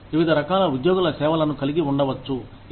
మీరు వివిధ రకాల ఉద్యోగుల సేవలను కలిగి ఉండవచ్చు